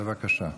בבקשה,